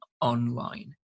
online